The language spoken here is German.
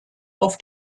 auf